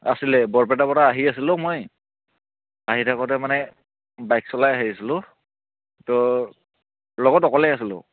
আছিলে বৰপেটা পৰা আহি আছিলোঁ মই আহি থাকোতে মানে বাইক চলাই আহি আছিলোঁ ত' লগত অকলে আছিলোঁ